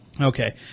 Okay